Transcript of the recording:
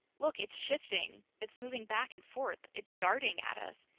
look! it's shifting! it's moving back and forth! it's darting at us!